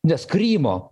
nes krymo